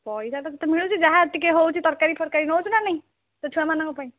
ପଇସା ତ ତତେ ମିଳୁଛି ଯାହା ଟିକେ ହେଉଛି ତରକାରୀ ଫରକାରୀ ନଉଛୁ ନା ନାଇଁ ତୋ ଛୁଆମାନଙ୍କ ପାଇଁ